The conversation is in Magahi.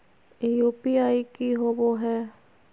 यू.पी.आई की होबो है?